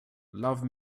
love